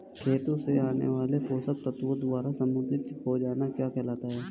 खेतों से आने वाले पोषक तत्वों द्वारा समृद्धि हो जाना क्या कहलाता है?